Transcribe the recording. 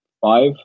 Five